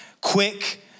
quick